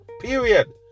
Period